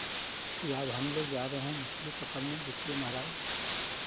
कि आज हम लोग जा रहे हैं मछली पकड़ने देखिए महाराज